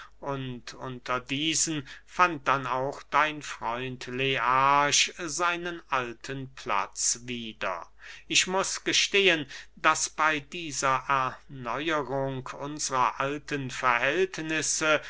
unter diesen fand dann auch dein freund learch seinen alten platz wieder ich muß gestehen daß bey dieser erneuerung unsrer alten verhältnisse